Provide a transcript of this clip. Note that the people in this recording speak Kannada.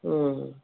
ಹ್ಞೂ